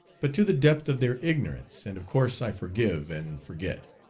but to the depth of their ignorance, and of course i forgive and forget.